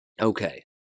Okay